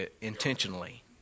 intentionally